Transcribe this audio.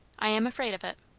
i am afraid of it.